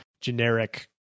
generic